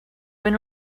when